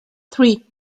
three